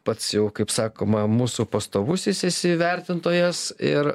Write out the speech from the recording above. pats jau kaip sakoma mūsų pastovusis esi vertintojas ir